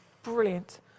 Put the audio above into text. Brilliant